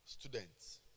students